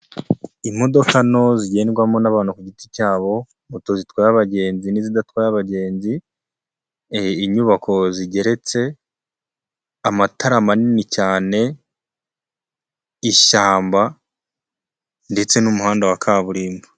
Imodoka nto zigendwamo n'abantu ku giti cyabo, moto zitwaye abagenzi n'izidatwaye abagenzi, inyubako zigeretse, amatara manini cyane, ishyamba ndetse n'umuhanda wa kaburimbo.